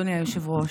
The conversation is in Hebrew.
אדוני היושב-ראש,